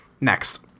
Next